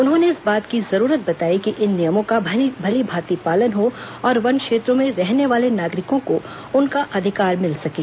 उन्होंने इस बात की जरूरत बताई कि इन नियमों का भली भॉति पालन हो और वन क्षेत्रों में रहने वाले नागरिकों को उनका अधिकार मिल सकें